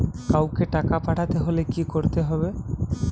কাওকে টাকা পাঠাতে হলে কি করতে হবে?